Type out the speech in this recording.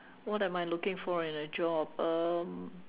what am I looking for in a job um